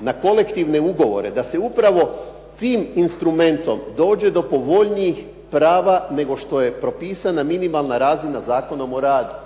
na kolektivne ugovore da se upravo tim instrumentom dođe do povoljnijih prava nego što je propisana minimalna razina Zakonom o radu.